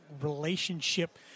relationship